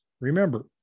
Remember